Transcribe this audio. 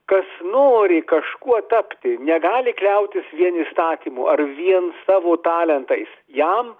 kas nori kažkuo tapti negali kliautis vien įstatymu ar vien savo talentais jam